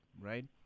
right